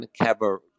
Cabaret